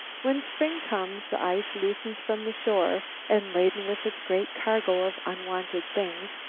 when spring comes the ice loosens from the shore, and, laden with its great cargo of unwanted things,